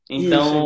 Então